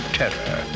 terror